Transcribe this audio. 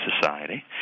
society